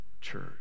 church